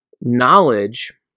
knowledge